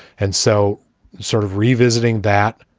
and so sort of revisiting that.